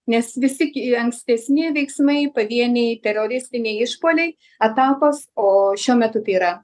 nes visi ki ankstesni veiksmai pavieniai teroristiniai išpuoliai atakos o šiuo metu tai yra